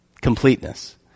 completeness